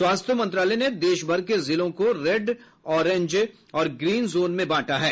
स्वास्थ्य मंत्रालय ने देशभर के जिलों को रेड ऑरेंज और ग्रीन जोन में बांटा है